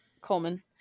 Coleman